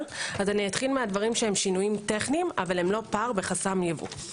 אתחיל מהשינויים שהם טכניים אבל לא פער בחסם ייבוא.